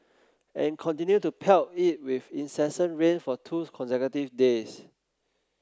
and continued to pelt it with incessant rain for two consecutive days